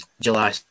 July